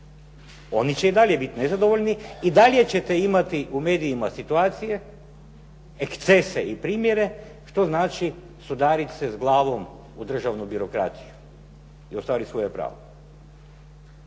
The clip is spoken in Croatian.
Oni će i dalje biti nezadovoljni i dalje ćete imati u medijima situacije, ekscese i primjere što znači sudarati se s glavom u državnu birokraciju i ostvariti svoja prava.